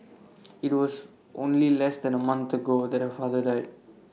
IT was only less than A month ago that her father died